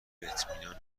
اطمینان